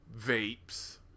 vapes